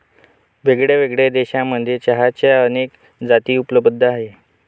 वेगळ्यावेगळ्या देशांमध्ये चहाच्या अनेक जाती उपलब्ध आहे